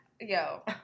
Yo